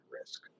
risk